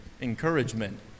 encouragement